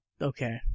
okay